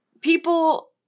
people